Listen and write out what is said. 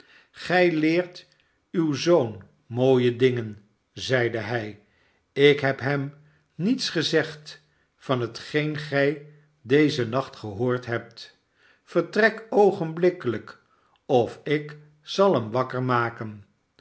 gij leert uw zoon mooie dingen zeide hij ik heb hem niets gezegd van hetgeen gij dezen nacht gehoord hebt vertrek oogenblikkelijk of ik zal hem wakker maken